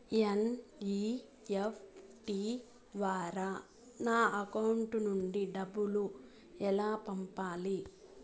NEFT ద్వారా నా account నుండి డబ్బులు ఎలా పంపాలి